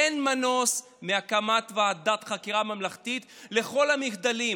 אין מנוס מהקמת ועדת חקירה ממלכתית לכל המחדלים.